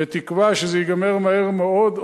בתקווה שזה ייגמר מהר מאוד,